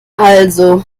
also